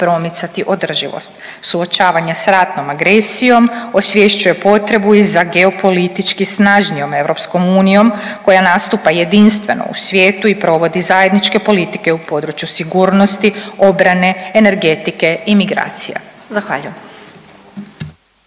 promicati održivost. Suočavanje sa ratnom agresijom osvješćuje potrebu i za geopolitički snažnijom EU koja nastupa jedinstveno u svijetu i provodi zajedničke politike u području sigurnosti, obrane, energetike, imigracija. Zahvaljujem.